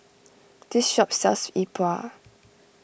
this shop sells Yi Bua